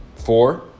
Four